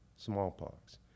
Smallpox